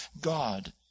God